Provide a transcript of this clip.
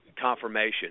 confirmation